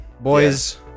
Boys